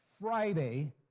Friday